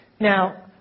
Now